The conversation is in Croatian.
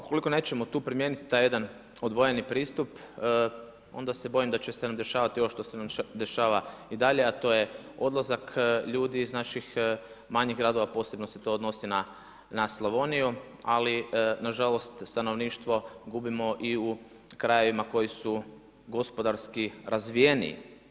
Ukoliko nećemo tu primijeniti taj jedan odvojeni pristup, onda se bojim da će nam se dešavati ovo što se dešava i dalje, a to je odlazak ljudi iz naših manjih gradova a posebno se to odnosi na Slavoniju ali nažalost stanovništvo gubimo i u krajevima koji su gospodarski razvijeniji.